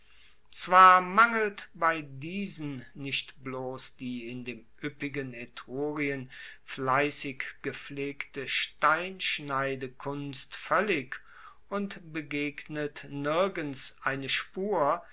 zwar mangelt bei diesen nicht bloss die in dem ueppigen etrurien fleissig gepflegte steinschneidekunst voellig und begegnet nirgends eine spur